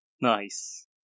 Nice